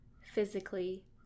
physically